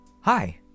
Hi